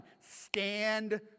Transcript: stand